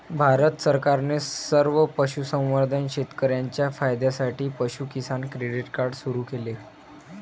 भारत सरकारने सर्व पशुसंवर्धन शेतकर्यांच्या फायद्यासाठी पशु किसान क्रेडिट कार्ड सुरू केले